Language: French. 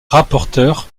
rapporteur